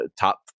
top